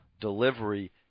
delivery